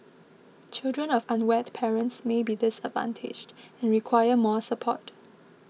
children of unwed parents may be disadvantaged and require more support